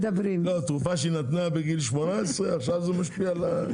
תרופה שהיא נתנה בגיל 18 עכשיו משפיעה על הזקנים...